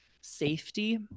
safety